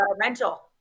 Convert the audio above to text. rental